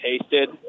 tasted